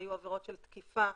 היו עבירות של תקיפה,